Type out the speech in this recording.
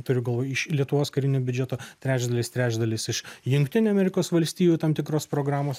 turiu galvoj iš lietuvos karinio biudžeto trečdalis trečdalis iš jungtinių amerikos valstijų tam tikros programos